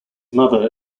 mother